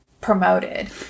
promoted